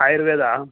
ആയുർവേദമാണോ